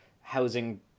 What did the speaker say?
housing